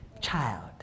child